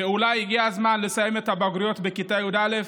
שאולי הגיע הזמן לסיים את הבגרויות בכיתה י"א,